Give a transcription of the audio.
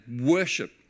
worship